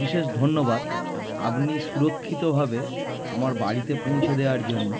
বিশেষ ধন্যবাদ আপনি সুরক্ষিতভাবে আমার বাড়িতে পৌঁছে দেওয়ার জন্যে